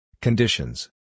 Conditions